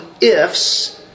ifs